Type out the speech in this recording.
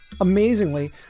Amazingly